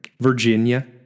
Virginia